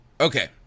Okay